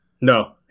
No